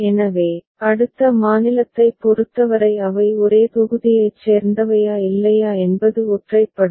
எனவே அடுத்த மாநிலத்தைப் பொறுத்தவரை அவை ஒரே தொகுதியைச் சேர்ந்தவையா இல்லையா என்பது ஒற்றைப்படை